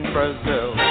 Brazil